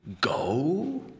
Go